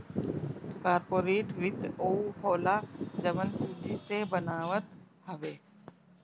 corporate वित्त उ होला जवन पूंजी जे बनावत हवे